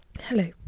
Hello